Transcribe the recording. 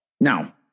Now